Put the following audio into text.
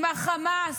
עם החמאס,